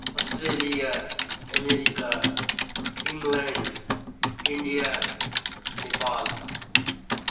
Australia America England India Nepal